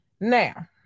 now